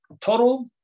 total